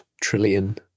trillion